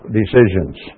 decisions